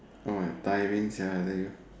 !wah! diving sia i tell you